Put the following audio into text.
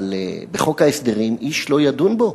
אבל, בחוק ההסדרים איש לא ידון בו,